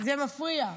זה מפריע.